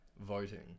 voting